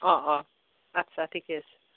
অঁ অঁ আচ্ছা ঠিকে আছে